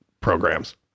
programs